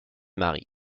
mari